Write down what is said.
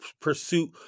pursuit